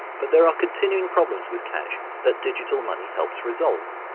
but there are continuing problems with cash that digital money helps resolve.